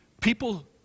people